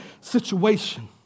situation